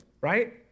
right